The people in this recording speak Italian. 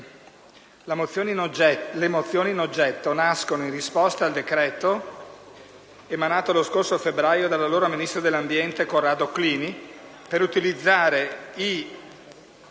le mozioni in votazione nascono in risposta al decreto emanato lo scorso febbraio dall'allora ministro dell'ambiente, Corrado Clini, per utilizzare i